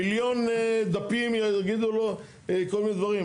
מיליון דפים יגידו לו כל מיני דפים?